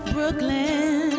Brooklyn